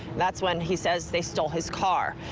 that's when he says they stole his car.